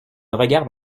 regarde